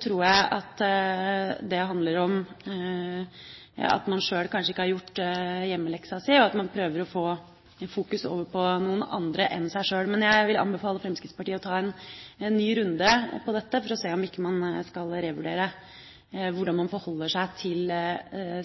tror jeg det handler om at man sjøl kanskje ikke har gjort hjemmeleksa si, og at man prøver å få fokuset over på noen andre enn seg sjøl. Jeg vil anbefale Fremskrittspartiet å ta en ny runde på dette for å se om man ikke skal revurdere hvordan man forholder seg til